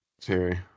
Terry